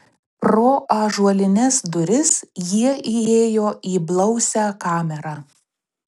pro ąžuolines duris jie įėjo į blausią kamerą